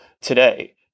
today